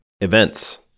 Events